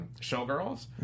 Showgirls